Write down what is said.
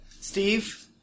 Steve